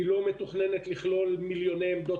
היא לא מתוכננת לכלול מיליוני עמדות